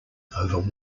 over